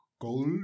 Gold